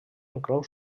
inclou